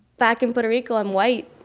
back in puerto rico, i'm white,